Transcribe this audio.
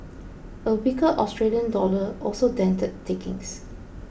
a weaker Australian dollar also dented takings